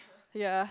ya